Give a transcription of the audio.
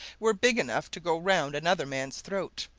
were big enough to go round another man's throat,